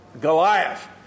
Goliath